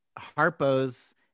Harpo's